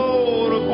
Lord